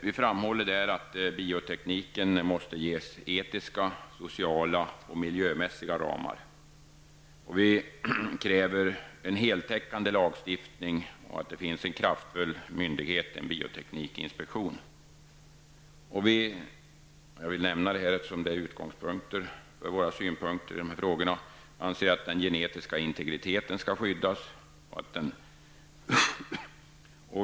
Vi framhåller där att biotekniken måste ges etiska, sociala och miljömässiga ramar. Vi kräver en heltäckande lagstiftning och att det skall finnas en kraftfull myndighet, en biotekniksinspektion. Vi anser -- jag vill nämna det, eftersom det är utgångspunkten för våra synpunkter i dessa frågor -- att den genetiska integriteten skall skyddas.